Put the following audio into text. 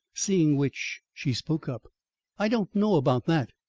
seeing which, she spoke up i don't know about that,